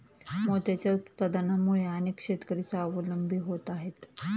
मोत्यांच्या उत्पादनामुळे अनेक शेतकरी स्वावलंबी होत आहेत